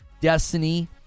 Destiny